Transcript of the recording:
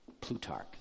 Plutarch